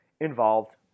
involved